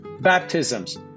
baptisms